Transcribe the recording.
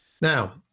now